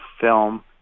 film